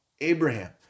Abraham